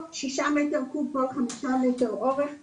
או שישה מטר קוב כל חמישה מטר אורך חובה.